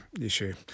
issue